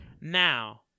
Now